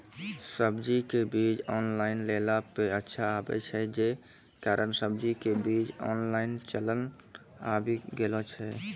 सब्जी के बीज ऑनलाइन लेला पे अच्छा आवे छै, जे कारण सब्जी के बीज ऑनलाइन चलन आवी गेलौ छै?